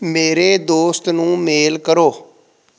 ਮੇਰੇ ਦੋਸਤ ਨੂੰ ਮੇਲ ਕਰੋ